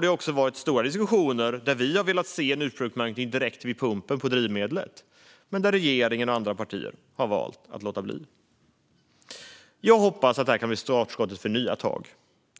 Det har varit stora diskussioner där vi har velat se en ursprungsmärkning direkt vid pumpen men där regeringen och andra partier har valt att låta bli. Jag hoppas att det här kan bli startskottet för nya tag